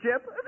chip